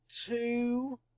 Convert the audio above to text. two